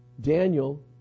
Daniel